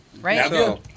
Right